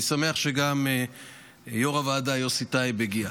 אני שמח שגם יו"ר הוועדה יוסי טייב הגיע.